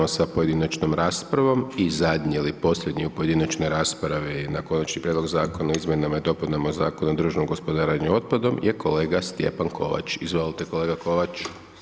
Nastavljamo sa pojedinačnom raspravom i zadnje ili posljednje u pojedinačnoj raspravi na Konačni prijedlog Zakona o izmjenama i dopunama Zakona o održivom gospodarenju otpadom je kolega Stjepan Kovač, izvolite kolega Kovač.